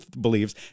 believes